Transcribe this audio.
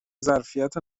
ظرفیت